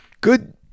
Good